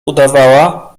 udawała